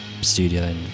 studio